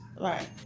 Right